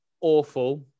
awful